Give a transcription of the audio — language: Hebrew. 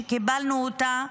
שקיבלנו אותה,